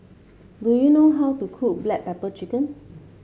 do you know how to cook Black Pepper Chicken